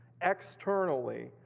externally